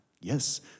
Yes